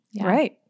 Right